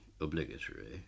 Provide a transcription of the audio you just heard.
obligatory